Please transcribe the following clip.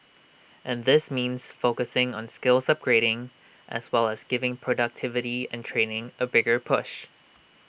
and this means focusing on skills upgrading as well as giving productivity and training A bigger push